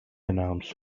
announced